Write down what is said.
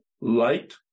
light